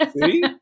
See